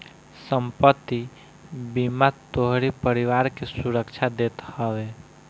संपत्ति बीमा तोहरी परिवार के सुरक्षा देत हवे